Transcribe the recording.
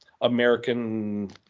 American